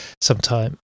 sometime